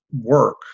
work